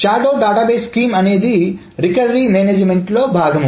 shadow database scheme అనేది recovery మేనేజ్మెంట్లో భాగం